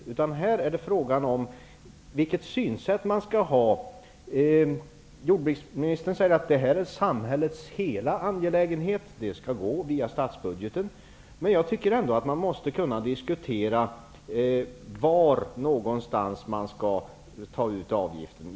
Det är fråga om vilket synsätt man skall ha. Jordbruksministern säger att det här helt är samhällets angelägenhet och att det skall gå via statsbudgeten. Men man måste ändå kunna diskutera var någonstans man skall ta ut avgiften.